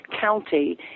county